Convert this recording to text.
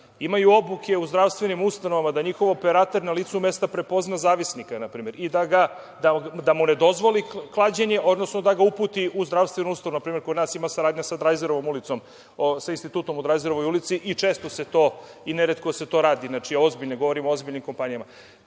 imaju obuke u zdravstvenim ustanovama da njihov operater na licu mesta prepozna zavisnika, na primer, i da mu ne dozvoli klađenje, odnosno da ga uputi u zdravstvenu ustanovu. Na primer kod nas ima saradnja sa Drajzerovom, odnosno sa institutom u Drajzerovoj ulici i često se i ne retko se to radi. Znači, govorim o ozbiljnim kompanijama. Ozbiljan